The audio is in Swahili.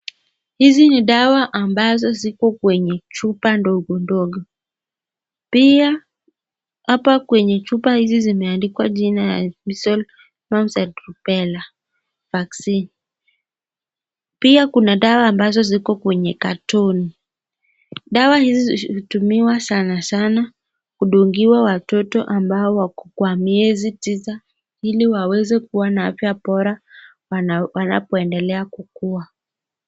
Hizi ni dawa ambazo ziko kwenye chupa ndogo ndogo. Pia hapa kwenye chupa hizi zimeandikwa jina ya cs[measles, mumps and rubella vaccine]cs.Pia kuna dawa ambazo ziko kwenye katoni. Dawa hizi hutumiwa sana sana kudungiwa watoto ambao wako kwa miezi tisa ili waweze kuwa na afya bora wanapoendelea kukua.